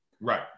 right